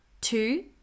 Two